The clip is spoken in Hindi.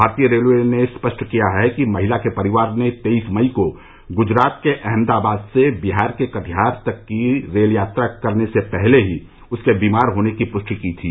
भारतीय रेलवे ने स्पष्ट किया है कि महिला के परिवार ने तेईस मई को गुजरात के अहमदाबाद से बिहार के कटिहार तक की रेल यात्रा करने से पहले ही उसके बीमार होने की पुष्टि की थी